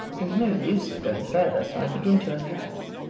there is no use in going further, so i begin to undress.